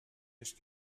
est